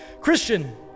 Christian